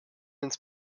ins